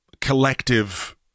collective